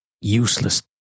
useless